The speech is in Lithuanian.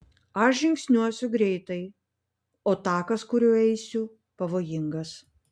aš žingsniuosiu greitai o takas kuriuo eisiu pavojingas